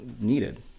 needed